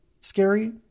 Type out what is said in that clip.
scary